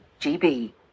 GB